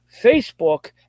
Facebook